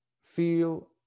feel